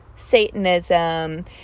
Satanism